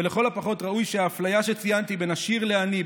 ולכל הפחות ראוי שהאפליה שציינתי בין עשיר לעני,